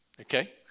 okay